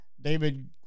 david